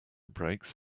brakes